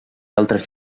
altres